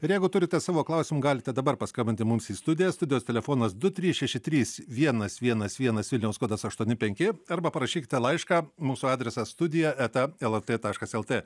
ir jeigu turite savo klausimų galite dabar paskambinti mums į studiją studijos telefonas du trys šeši trys vienas vienas vienas vilniaus kodas aštuoni penki arba parašykite laišką mūsų adresas studija eta lrt taškas lt